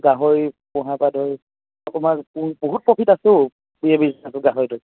গাহৰি পোহাৰপৰা ধৰি অকমান বহুত প্ৰফিট আছোঁ অ' বি বিজনেছটো গাহৰিটো